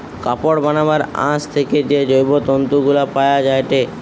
কাপড় বানাবার আঁশ থেকে যে জৈব তন্তু গুলা পায়া যায়টে